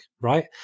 right